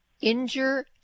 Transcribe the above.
injure